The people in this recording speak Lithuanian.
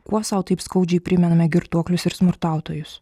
kuo sau taip skaudžiai primename girtuoklius ir smurtautojus